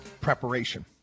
preparation